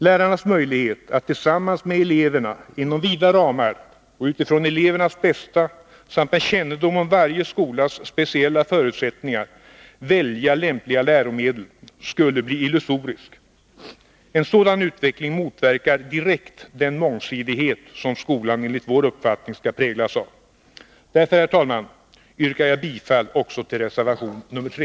Lärarnas möjlighet att tillsammans med eleverna inom vida ramar och utifrån elevernas bästa samt med kännedom om varje skolas speciella förutsättningar välja lämpliga läromedel skulle bli illusorisk. En sådan utveckling motverkar direkt den mångsidighet som skolan enligt vår uppfattning skall präglas av. Därför, herr talman, yrkar jag bifall också till reservation 3.